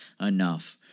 enough